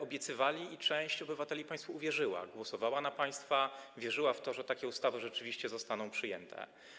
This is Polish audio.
Obiecywali i część obywateli państwu uwierzyła, głosowała na państwa, wierzyła w to, że takie ustawy rzeczywiście zostaną przyjęte.